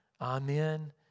Amen